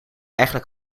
eigenlijk